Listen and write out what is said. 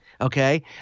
okay